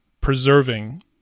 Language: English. preserving